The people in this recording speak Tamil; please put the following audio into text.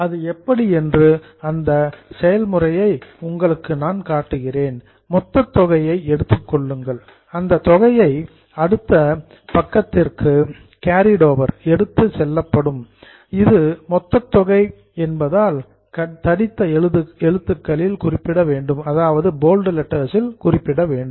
அது எப்படி என்று அந்த செயல்முறையை உங்களுக்கு நான் காட்டுகிறேன் மொத்தத் தொகையை எடுத்துக் கொள்ளுங்கள் அதே தொகை அடுத்த பக்கத்திற்கு கேரீட் ஓவர் எடுத்துச் செல்லப்படும் இது மொத்தத் தொகை என்பதால் போல்டு தடித்த எழுத்துக்களில் குறிப்பிட வேண்டும்